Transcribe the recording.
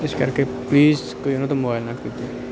ਇਸ ਕਰਕੇ ਪਲੀਜ਼ ਕੋਈ ਉਨ੍ਹਾਂ ਤੋਂ ਮੁਬੈਲ ਨਾ ਖਰੀਦੇ